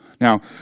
Now